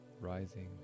rising